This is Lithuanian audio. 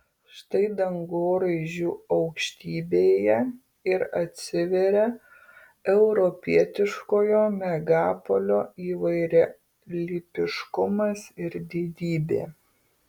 štai dangoraižių aukštybėje ir atsiveria europietiškojo megapolio įvairialypiškumas ir didybė